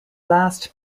last